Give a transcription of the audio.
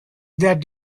that